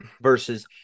versus